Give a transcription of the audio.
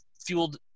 fueled